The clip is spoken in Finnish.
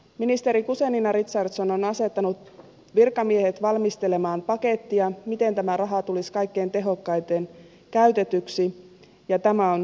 ministeri guzenina richardson on asettanut virkamiehet valmistelemaan pakettia siitä miten tämä raha tulisi kaikkein tehokkaimmin käytetyksi ja tämä on hyvä asia